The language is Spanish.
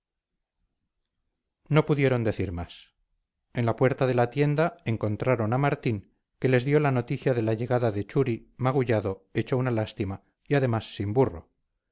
no pudieron decir más en la puerta de la tienda encontraron a martín que les dio la noticia de la llegada de churi magullado hecho una lástima y además sin burro